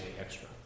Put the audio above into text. extra